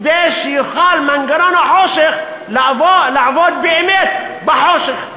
כדי שיוכל מנגנון החושך לעבוד באמת בחושך.